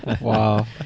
Wow